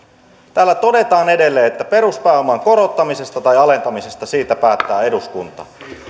täällä todetaan edelleen että peruspääoman korottamisesta tai alentamisesta päättää eduskunta